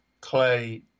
Clay